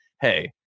hey